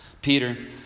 Peter